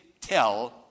tell